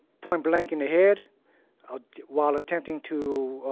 point-blank in the head ah while attempting to,